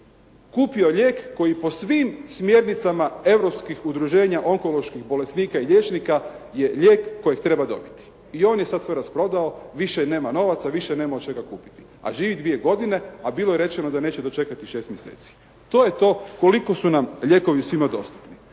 kupio lijek koji po svim smjernicama Europskih udruženja onkoloških bolesnika i liječnika je lijek kojeg treba dobiti i on je sad sve rasprodao, više nema novaca, više ne može ga kupiti. A živi dvije godine, a bilo je rečeno da neće dočekati 6 mjeseci. To je to koliko su nam lijekovi svima dostupni.